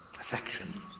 Affection